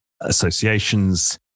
associations